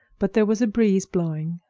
but there was a breeze blowing,